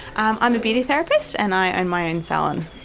i'm i'm a beauty therapist, and i own my own salon.